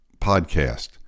podcast